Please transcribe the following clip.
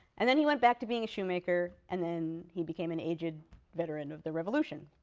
and then he went back to being a shoemaker, and then he became an aged veteran of the revolution.